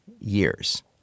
years